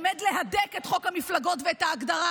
עומד להדק את חוק המפלגות ואת ההגדרה